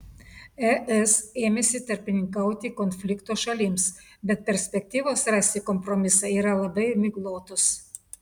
es ėmėsi tarpininkauti konflikto šalims bet perspektyvos rasti kompromisą yra labai miglotos